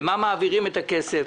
לְמה מעבירים את הכסף,